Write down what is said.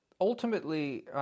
ultimately